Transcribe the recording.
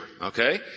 Okay